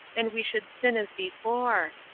and we should sin as before.